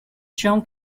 john